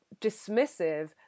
dismissive